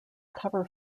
cover